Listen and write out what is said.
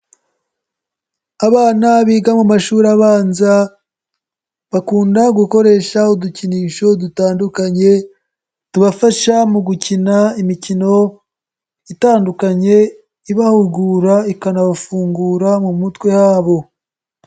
Abana biga mu mashuri abanza bakunda gukoresha udukinisho dutandukanye tubafasha mu gukina imikino itandukanye ibahugura ikanabafungura mu mutwe habo.